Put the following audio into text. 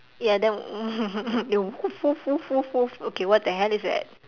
ya then woof woof woof woof woof okay what the hell is that